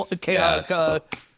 chaotic